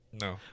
No